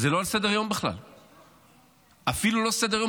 זה בכלל לא על סדר-היום,